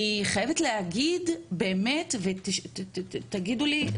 אני חייבת להגיד באמת ותגידו לי,